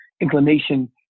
inclination